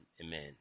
Amen